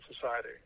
society